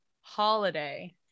Holiday